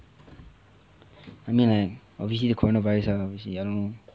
I mean like obviously the coronavirus lah obviously I don't know